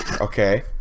Okay